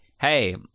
Hey